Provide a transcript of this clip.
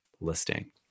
listing